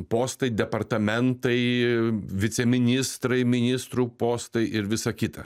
postai departamentai viceministrai ministrų postai ir visa kita